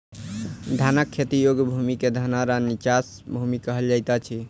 धानक खेती योग्य भूमि क धनहर वा नीचाँस भूमि कहल जाइत अछि